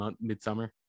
Midsummer